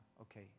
okay